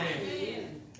Amen